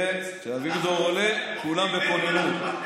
כשאביגדור עולה, כולם בכוננות.